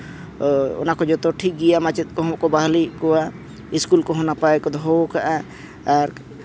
ᱚᱱᱟᱠᱚ ᱡᱚᱛᱚ ᱴᱷᱤᱠ ᱜᱮᱭᱟ ᱢᱟᱪᱮᱫ ᱠᱚᱦᱚᱸ ᱠᱚ ᱵᱟᱦᱟᱞᱤᱭᱮᱫ ᱠᱚᱣᱟ ᱥᱠᱩᱞ ᱠᱚᱦᱚᱸ ᱱᱟᱯᱟᱭ ᱠᱚ ᱫᱚᱦᱚ ᱟᱠᱟᱫᱼᱟ ᱟᱨ